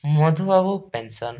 Madhubabu pension